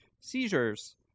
seizures